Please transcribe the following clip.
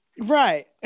Right